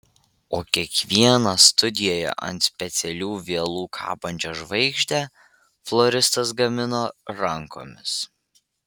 o kiekvieną studijoje ant specialių vielų kabančią žvaigždę floristas gamino rankomis